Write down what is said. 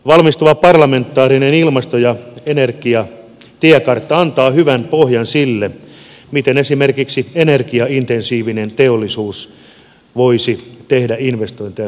valmistuva parlamentaarinen ilmasto ja energiatiekartta antaa hyvän pohjan sille miten esimerkiksi energiaintensiivinen teollisuus voisi tehdä investointeja suomeen